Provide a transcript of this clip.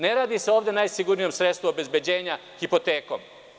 Ne radi se ovde o najsigurnijem sredstvu obezbeđenja hipotekom.